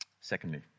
Secondly